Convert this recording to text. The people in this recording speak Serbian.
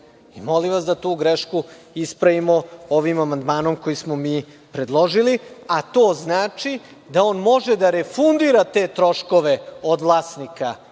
i molim vas da tu grešku ispravimo ovim amandmanom koji smo mi predložili, a to znači da on može da refundira te troškove od vlasnika